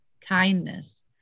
kindness